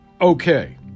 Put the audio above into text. okay